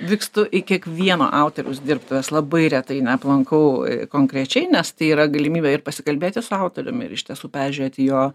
vykstu į kiekvieno autoriaus dirbtuves labai retai neaplankau konkrečiai nes tai yra galimybė ir pasikalbėti su autoriumi ir iš tiesų peržiūrėti jo